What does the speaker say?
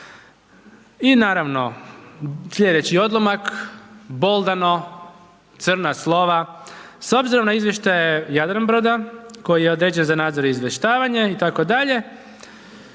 I naravno, sljedeći odlomak. Boldano, crna slova, s obzirom na izvještaje Jadranbroda, koji je određen za nadzor i izvještavanje itd.,